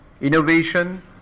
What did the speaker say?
innovation